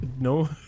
No